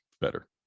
better